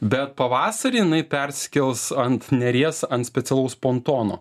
bet pavasarį jinai perskels ant neries ant specialaus pontono